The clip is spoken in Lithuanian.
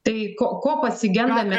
tai ko ko pasigendame